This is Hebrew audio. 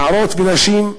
נערות ונשים,